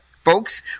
folks